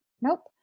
Nope